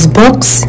books